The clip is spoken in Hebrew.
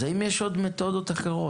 אז האם יש עוד מתודות אחרות?